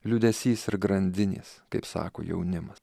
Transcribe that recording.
liūdesys ir grandinės kaip sako jaunimas